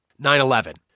9-11